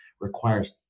requires